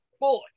boy